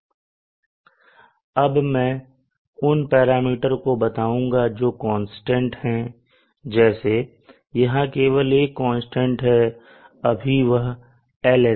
अब अब मैं उन पैरामीटर को बताऊंगा जो कांस्टेंट हैं जैसे यहां केवल एक कांस्टेंट है अभी वह है LSC